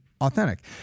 authentic